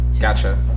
Gotcha